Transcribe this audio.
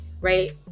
right